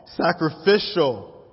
sacrificial